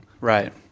Right